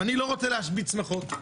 ואני לא רוצה להשבית שמחות,